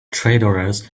traitorous